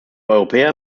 europäer